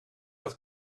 had